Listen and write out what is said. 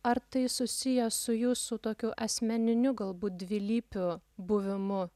ar tai susiję su jūsų tokiu asmeniniu galbūt dvilypiu buvimu